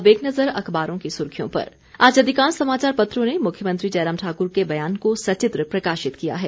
अब एक नजर अखबारों की सुर्खियों पर आज अधिकांश समाचापत्रों ने मुख्यमंत्री जयराम ठाकुर के बयान को सचित्र प्रकाशित किया है